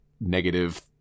negative